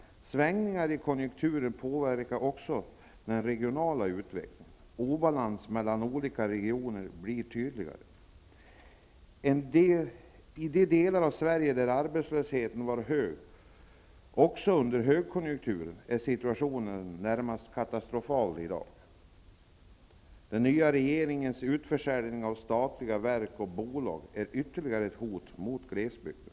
Svängningarna i konjunkturen påverkar också den regionala utvecklingen. Obalansen mellan olika regioner blir tydligare. I de delar av Sverige där arbetslösheten var hög också under högkonjunkturen är situationen närmast katastrofal i dag. Den nya regeringens utförsäljning av statliga verk och bolag utgör ytterligare ett hot mot glesbygden.